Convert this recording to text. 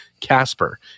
Casper